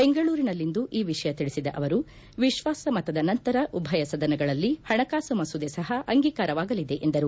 ಬೆಂಗಳೂರಿನಲ್ಲಿಂದು ಈ ವಿಷಯ ತಿಳಿಸಿದ ಅವರು ವಿಶ್ವಾಸ ಮತದ ನಂತರ ಉಭಯ ಸದನಗಳಲ್ಲಿ ಹಣಕಾಸು ಮಸೂದೆ ಸಹ ಅಂಗೀಕಾರವಾಗಲಿದೆ ಎಂದರು